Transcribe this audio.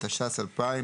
התש"ס-2000,